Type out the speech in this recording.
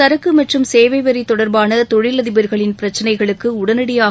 சரக்கு மற்றும் சேவை வரி தொடர்பான தொழிலதிபர்களின் பிரச்சினைகளுக்கு உடனடியாக